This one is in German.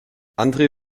andre